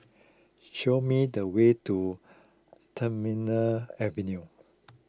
show me the way to Terminal Avenue